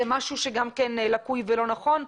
זה משהו שהוא גם כן לקוי ולא נכון.